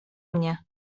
mnie